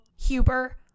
Huber